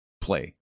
play